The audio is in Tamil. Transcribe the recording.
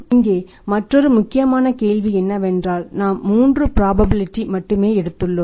இங்கே மற்றொரு முக்கியமான கேள்வி என்னவென்றால் நாம் மூன்று ப்ராபபிலிடீ மட்டுமே எடுத்துள்ளோம்